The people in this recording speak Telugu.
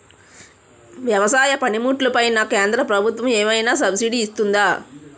వ్యవసాయ పనిముట్లు పైన కేంద్రప్రభుత్వం ఏమైనా సబ్సిడీ ఇస్తుందా?